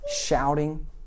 shouting